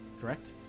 correct